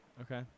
Okay